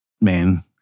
man